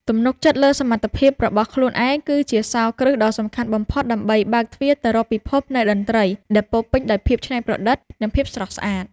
ទំនុកចិត្តលើសមត្ថភាពរបស់ខ្លួនឯងគឺជាសោរគ្រឹះដ៏សំខាន់បំផុតដើម្បីបើកទ្វារទៅរកពិភពនៃតន្ត្រីដែលពោរពេញដោយភាពច្នៃប្រឌិត និងភាពស្រស់ស្អាត។